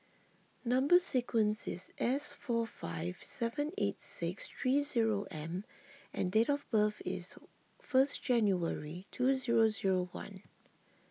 Number Sequence is S four five seven eight six three zero M and date of birth is first January two zero zero one